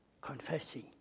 confessing